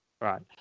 right